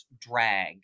drag